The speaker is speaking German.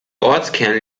ortskern